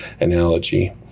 analogy